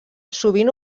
sovint